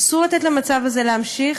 אסור לתת למצב הזה להימשך.